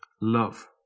love